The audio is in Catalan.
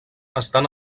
estan